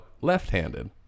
left-handed